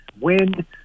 wind